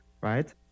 right